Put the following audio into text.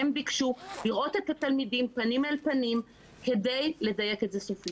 הם ביקשו לראות את התלמידים פנים אל פנים כדי לדייק את זה סופית.